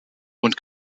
und